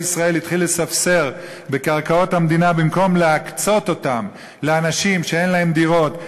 ישראל מספסר בקרקעות המדינה במקום להקצות אותן לאנשים שאין להם דירות,